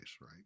right